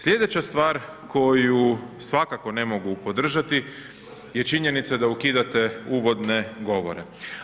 Slijedeća stvar koju svakako ne mogu podržati je činjenica da ukidate uvodne govore.